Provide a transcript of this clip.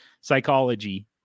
psychology